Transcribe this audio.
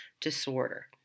disorder